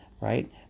right